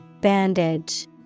bandage